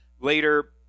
later